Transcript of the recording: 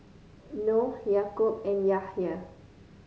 Noh Yaakob and Yahaya